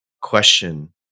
question